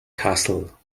castle